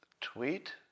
Tweet